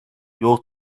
your